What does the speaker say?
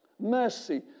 Mercy